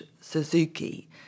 Suzuki